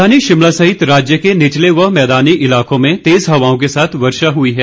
राजधानी शिमला सहित राज्य के निचले व मैदानी इलाकों में तेज हवाओं के साथ वर्षा हुई है